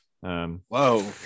Whoa